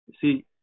See